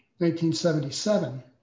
1977